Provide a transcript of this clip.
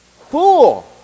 fool